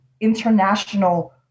international